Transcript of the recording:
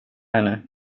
henne